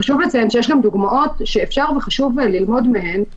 חשוב לציין שיש גם דוגמאות שאפשר וחשוב ללמוד מהן,